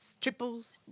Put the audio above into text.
triples